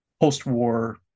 post-war